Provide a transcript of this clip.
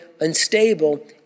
unstable